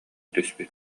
түспүт